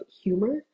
humor